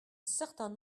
certain